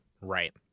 Right